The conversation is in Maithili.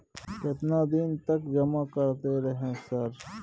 केतना दिन तक जमा करते रहे सर?